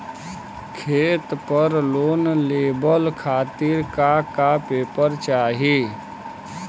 खेत पर लोन लेवल खातिर का का पेपर चाही?